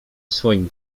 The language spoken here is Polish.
swoim